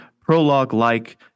prologue-like